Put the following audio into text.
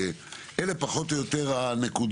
אלה פחות או יותר הנקודות.